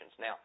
Now